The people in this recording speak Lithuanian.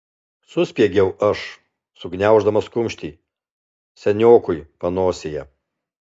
suspiegiau aš sugniauždamas kumštį seniokui panosėje